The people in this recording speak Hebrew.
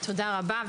תודה רבה.